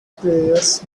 players